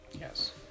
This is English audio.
Yes